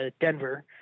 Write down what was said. Denver